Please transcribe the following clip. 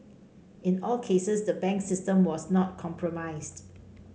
in all cases the banks system was not compromised